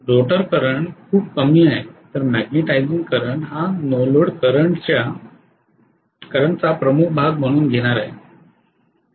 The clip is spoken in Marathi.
रोटर करंट खूप कमी आहे तर मी मॅग्नेटिझिंग करंट हा नो लोड करंटचा प्रमुख भाग म्हणून घेणार आहे